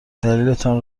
دلیلتان